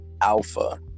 alpha